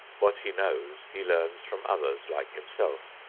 what he knows he learns from others like himself.